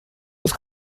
wrth